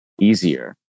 easier